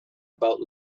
about